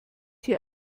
hier